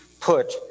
put